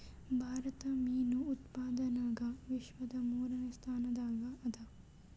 ಭಾರತ ಮೀನು ಉತ್ಪಾದನದಾಗ ವಿಶ್ವದ ಮೂರನೇ ಸ್ಥಾನದಾಗ ಅದ